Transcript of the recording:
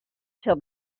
till